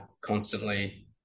constantly